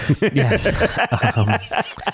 Yes